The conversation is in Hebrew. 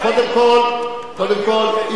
קודם כול,